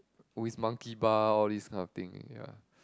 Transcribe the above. always Monkey Bar all this kind of thing ya